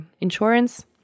insurance